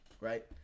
right